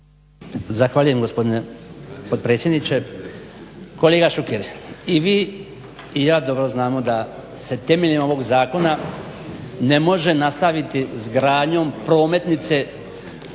Zahvaljujem gospodine potpredsjedniče. Kolega Šuker i vi i ja dobro znamo da se temeljem ovog Zakona ne može nastaviti izgradnjom prometnice